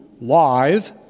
live